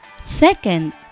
Second